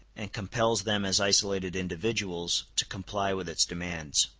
and compels them as isolated individuals to comply with its demands.